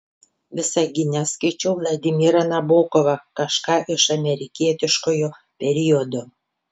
visagine skaičiau vladimirą nabokovą kažką iš amerikietiškojo periodo